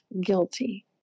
guilty